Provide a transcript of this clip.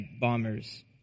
bombers